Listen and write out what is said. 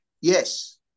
Yes